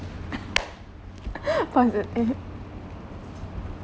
positive